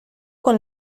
con